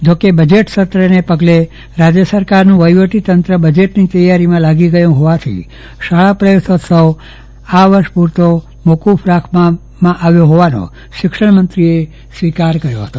જોકે બજેટ સત્રને પગલે રાજ્ય સરકારનું વહીવટીતંત્ર બજેટની તૈયારીમાં લાગી ગયું હોવાથી શાળા પ્રવેશોત્સવ આ વર્ષ પૂરતો મોકૂફ રાખવામાં આવ્યો હોવાનો શિક્ષણમંત્રીએ સ્વીકાર કર્યો હતો